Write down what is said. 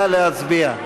נא להצביע.